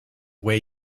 way